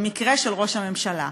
במקרה של ראש הממשלה.